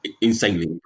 Insanely